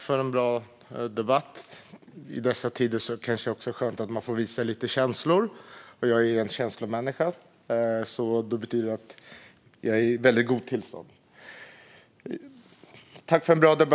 Fru talman! I dessa tider är det kanske också skönt att få visa lite känslor. Jag är en känslomänniska, så det betyder att jag är i ett väldigt gott tillstånd. Tack för en bra debatt!